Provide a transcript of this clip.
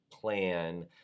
plan